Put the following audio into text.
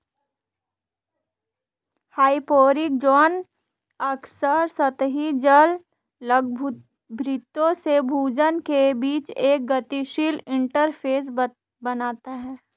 hyporheic zone अक्सर सतही जल जलभृतों से भूजल के बीच एक गतिशील इंटरफ़ेस बनाता है